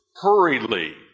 hurriedly